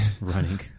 Running